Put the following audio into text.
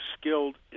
skilled